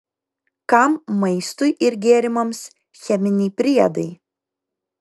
kam maistui ir gėrimams cheminiai priedai